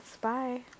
Bye